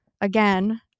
again